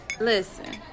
Listen